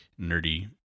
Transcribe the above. nerdy